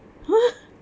wa~